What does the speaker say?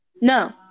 No